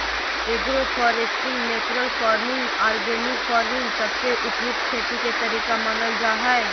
agro foresting, natural farming, organic farming सबसे उपयुक्त खेती के तरीका मानल जा हय